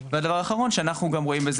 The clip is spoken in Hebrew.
הדבר האחרון הוא שאנחנו גם רואים גם רואים בזה